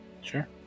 Sure